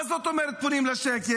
מה זאת אומרת פונים לשקר?